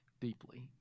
deeply